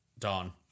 Dawn